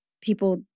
people